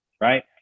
right